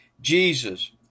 Jesus